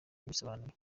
yabisobanuye